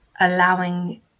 allowing